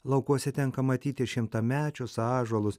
laukuose tenka matyti ir šimtamečius ąžuolus